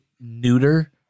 neuter